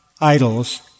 idols